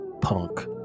punk